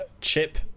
chip